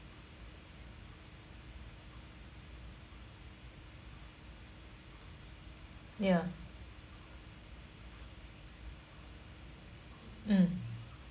ya mm